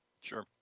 Sure